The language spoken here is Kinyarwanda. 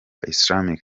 islamic